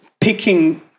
Picking